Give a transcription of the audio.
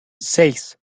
seis